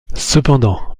cependant